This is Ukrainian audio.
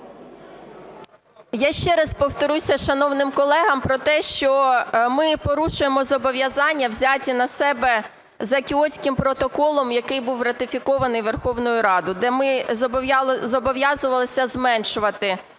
Я ще раз повторюся шановним колегам про те, що ми порушуємо зобов'язання, взяті на себе за Кіотським протоколом, який був ратифікований Верховною Радою, де ми зобов'язувалися зменшувати об'єм